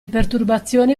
perturbazioni